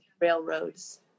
railroads